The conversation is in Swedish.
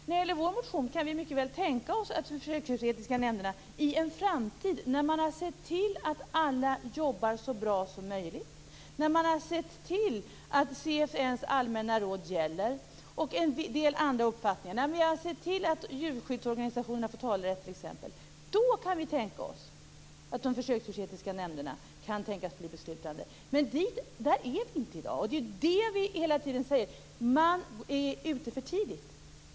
I vår motion kan vi tänka oss att de djurförsöksetiska nämnderna i en framtid kan bli beslutande - när alla jobbar så bra som möjligt, när CFN:s allmänna råd gäller, när djurskyddsorganisationerna får talerätt. Men vi är inte där i dag. Det är för tidigt.